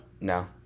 No